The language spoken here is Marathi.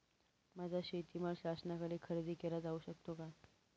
माझा शेतीमाल शासनाकडे खरेदी केला जाऊ शकतो का?